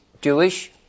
Jewish